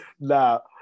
Now